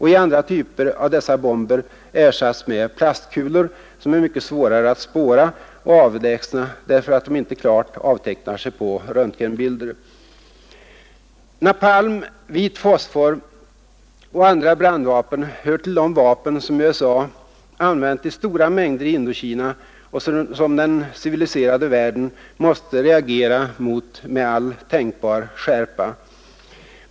I andra typer av dessa bomber har stålkulorna ersatts med plastkulor, som är mycket svårare att spåra och avlägsna, därför att de inte klart avtecknar sig på röntgenbilder. Napalm, vit fosfor och andra brandvapen hör till de vapen som USA använt i stora mängder i Indokina och som den civiliserade världen måste reagera mot med all tänkbar skärpa.